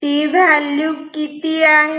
ती व्हॅल्यू किती आहे